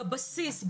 בבסיס,